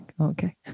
Okay